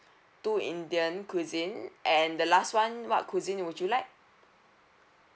two indian cuisine and the last one what cuisine would you like